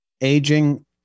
Aging